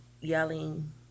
yelling